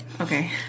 Okay